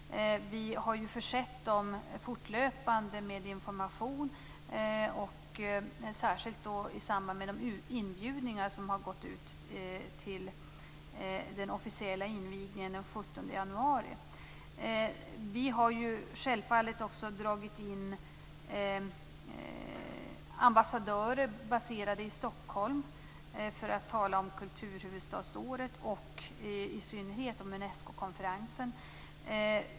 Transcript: Vi har fortlöpande lämnat information, särskilt i samband med de inbjudningar som gått ut till den officiella invigningen den 17 januari. Självfallet har vi också dragit in ambassadörer baserade i Stockholm för att tala om kulturhuvudstadsåret. I synnerhet handlar det om Unescokonferensen.